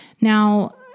Now